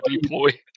deploy